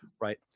right